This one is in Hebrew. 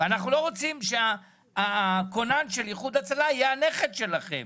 אנחנו לא רוצים שהכונן של איחוד הצלה יהיה הנכד שלכם.